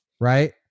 Right